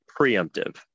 preemptive